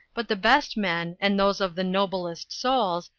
but the best men, and those of the noblest souls,